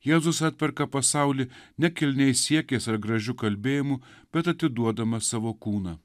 jėzus atperka pasaulį ne kilniais siekiais ar gražiu kalbėjimu bet atiduodamas savo kūną